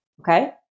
okay